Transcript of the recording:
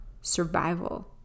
survival